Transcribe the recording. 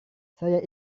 saya